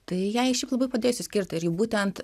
tai jai šiaip labai padėjo išskirti būtent